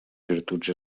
virtuts